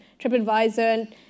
TripAdvisor